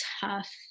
tough